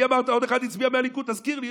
מי אמרת, היה עוד אחד שהצביע מהליכוד, תזכיר לי?